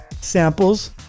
samples